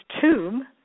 tomb